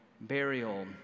burial